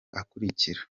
akurikira